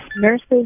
Nurses